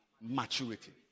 maturity